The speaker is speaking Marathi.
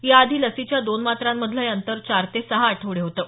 या आधी लसीच्या दोन मात्रांमधलं हे अंतर चार ते सहा आठवडे होतं